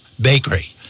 Bakery